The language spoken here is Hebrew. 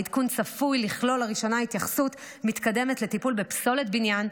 העדכון צפוי לכלול לראשונה התייחסות מתקדמת לטיפול בפסולת בניין,